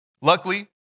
luckily